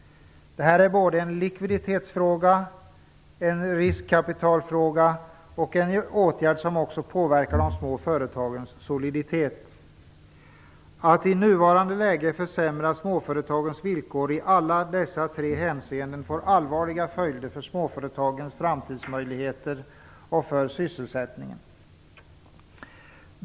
Det är en fråga om både likviditet och riskkapital. Det är en även en åtgärd som påverkar de små företagens soliditet. Att i nuvarande läge försämra småföretagens villkor i alla dessa tre hänseenden får allvarliga följder för småföretagens framtidsmöjligheter och för sysselsättningen.